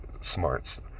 smarts